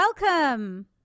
welcome